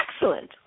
Excellent